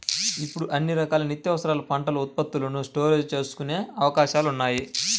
ఇప్పుడు అన్ని రకాల నిత్యావసరాల పంట ఉత్పత్తులను స్టోరేజీ చేసుకునే అవకాశాలున్నాయి